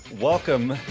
welcome